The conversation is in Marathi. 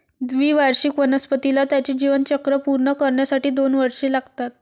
द्विवार्षिक वनस्पतीला त्याचे जीवनचक्र पूर्ण करण्यासाठी दोन वर्षे लागतात